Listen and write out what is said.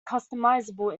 customizable